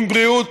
עם בריאות